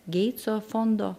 geitso fondo